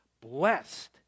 Blessed